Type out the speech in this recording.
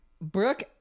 Brooke